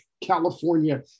California